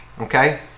okay